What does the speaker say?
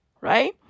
right